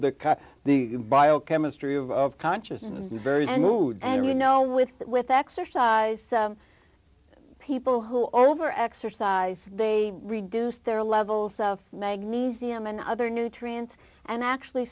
the the biochemistry of consciousness is very rude and you know with that with exercise people who over exercise they reduce their levels of magnesium and other nutrients and actually